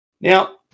Now